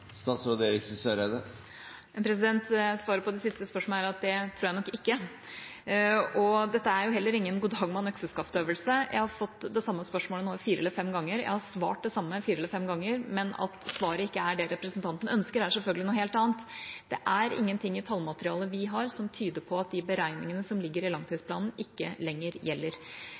Svaret på det siste spørsmålet er at det tror jeg nok ikke. Dette er heller ingen god-dag-mann-økseskaft-øvelse. Jeg har nå fått det samme spørsmålet fire eller fem ganger. Jeg har svart det samme fire eller fem ganger. Men at svaret ikke er det representanten ønsker, er selvfølgelig noe helt annet. Det er ingenting i tallmaterialet vi har, som tyder på at de beregningene som ligger i langtidsplanen, ikke lenger gjelder.